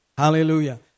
Hallelujah